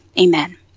Amen